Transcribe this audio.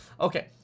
Okay